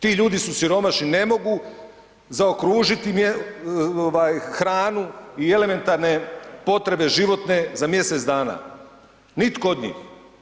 Ti ljudi su siromašni ne mogu zaokružiti ovaj hranu i elementarne potrebe životne za mjesec dana, nitko od njih.